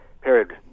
period